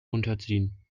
unterziehen